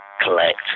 collect